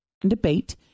Debate